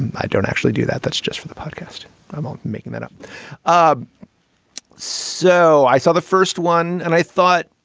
and i don't actually do that. that's just for the podcast. i'm not making that up um so i saw the first one and i thought,